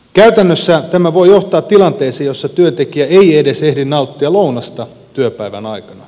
käytännössä tämä voi johtaa tilanteeseen jossa työntekijä ei edes ehdi nauttia lounasta työpäivän aikana